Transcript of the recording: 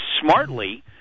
smartly